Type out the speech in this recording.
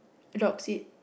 adopts it